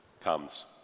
comes